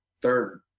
third